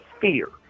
fear